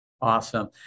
Awesome